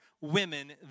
women